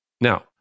Now